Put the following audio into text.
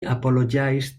apologized